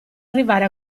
arrivare